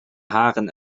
haren